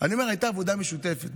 הייתה עבודה משותפת.